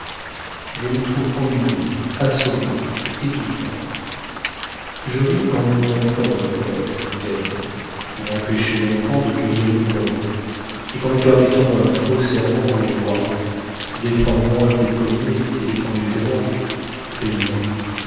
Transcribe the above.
je nous trouve ennuyeux assommants étouffants je ris quand nous enflons notre colère d'homme pour empêcher l'enfant de cueillir une pomme et quand nous permettons un faux serment aux rois défends moins tes pommiers et défends mieux tes droits paysan